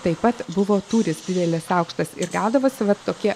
taip pat buvo tūris didelis aukštas ir gaudavosi vat tokie